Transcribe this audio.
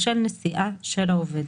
בשל נסיעה של העובד"."